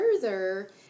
further